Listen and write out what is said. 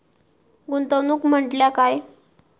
गुंतवणूक म्हटल्या काय?